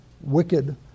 wicked